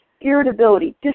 irritability